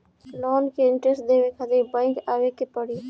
Loan के interest देवे खातिर बैंक आवे के पड़ी?